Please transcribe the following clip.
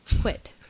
Quit